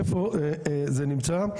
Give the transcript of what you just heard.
איפה זה נמצא?